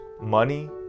Money